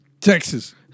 Texas